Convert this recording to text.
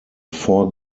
four